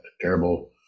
terrible